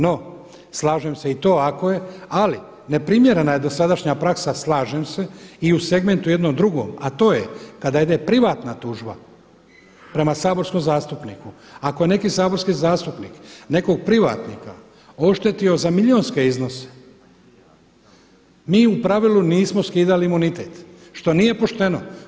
No, slažem se i to ako je, ali neprimjerena je dosadašnja praksa slažem se i u segmentu jednom drugom, a to je kada ide privatna tužba prema saborskom zastupniku ako neki saborski zastupnik nekog privatnika oštetio za milijunske iznose, mi u pravilu nismo skidali imunitet što nije pošten.